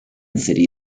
city